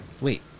wait